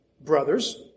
brothers